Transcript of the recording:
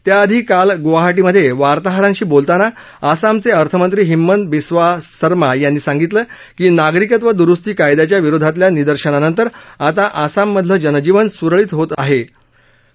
त्याआधी काल ग्वाहाटीमधे वार्ताहरांशी बोलताना आसामचे अर्थमंत्री हिंमत बिसवा सरमा यांनी सांगितलं की नागरिकत्व द्रुस्ती कायद्याच्या विरोधातल्या निदर्शनानंतर आता आसाममधलं जनजीवन सुरळीत होत असल्याचं मत व्यक्त केलं